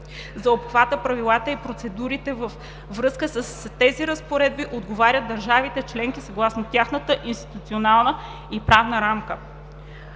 За обхвата, правилата и процедурите във връзка с тези разпоредби отговарят държавите членки съгласно тяхната институционална и правна рамка.